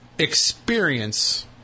Experience